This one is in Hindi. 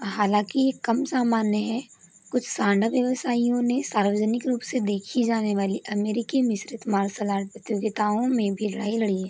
हालाँकि कम सामान्य है कुछ सांडा व्यवसायियों ने सार्वजनिक रूप से देखी जाने वाली अमेरिकी मिश्रित मार्शल आर्ट प्रतियोगिताओं में भी लड़ाई लड़ी है